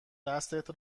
دستت